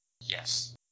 Yes